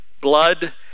blood